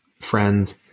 friends